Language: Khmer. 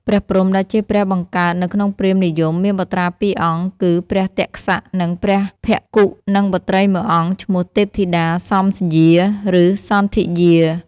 ព្រះព្រហ្ម ដែលជាព្រះបង្កើតនៅក្នុងព្រាហ្មណ៍និយម មានបុត្រា២អង្គ គឺ ព្រះទក្សៈ និងព្រះភ្ឋគុ និងបុត្រី១អង្គឈ្មោះ ទេពធីតាសំធ្យា ឬសន្ធិយា។